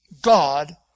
God